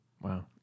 Wow